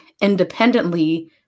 independently